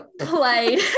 played